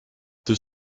deux